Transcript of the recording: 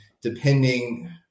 depending